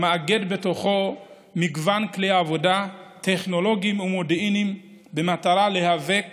המאגד בתוכו מגוון כלי עבודה טכנולוגיים ומודיעיניים במטרה להיאבק